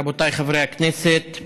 רבותיי חברי הכנסת,